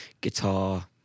guitar